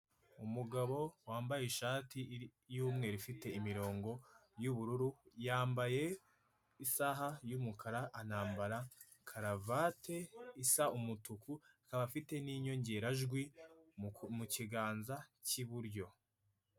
Umugabo wambaye ishati y'umweru ifite imirongo y'ubururu yambaye isaha y'umukara anambara karavate isa umutuku akaba afite ninyongera jwi mukiganza k'iburyo.